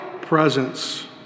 presence